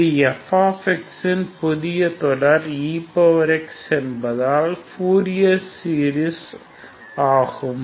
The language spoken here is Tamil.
இது f இன் புதிய தொடர் ex என்பதன் ஃப்பூரியர் சீரிஸ் ஆகும்